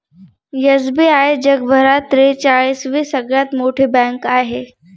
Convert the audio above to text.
SBI जगभरात त्रेचाळीस वी सगळ्यात मोठी बँक आहे